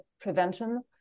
prevention